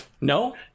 No